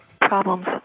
problems